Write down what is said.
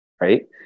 right